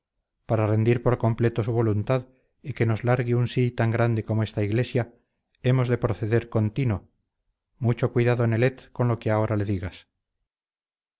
para rendir por completo su voluntad y que nos largue unsí tan grande como esta iglesia hemos de proceder con tino mucho cuidado nelet con lo que ahora le digas